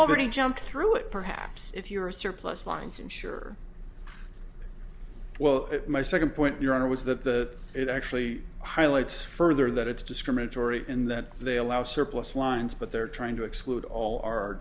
already jumped through it perhaps if you're a surplus lines i'm sure well that my second point your honor was that the it actually highlights further that it's discriminatory in that they allow surplus lines but they're trying to exclude all our